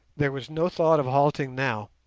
there was no thought of halting now.